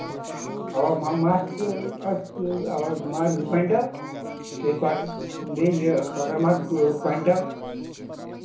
اَوٕ مہ مژھ مازَس زٕ کویِنٹَل بیٚیہِ یہِ کۄکَر ماز کویِنٹَل